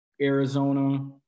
Arizona